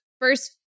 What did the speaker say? first